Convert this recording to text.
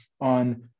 on